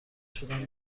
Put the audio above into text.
شدم